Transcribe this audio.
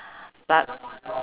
but